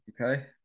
Okay